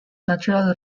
natural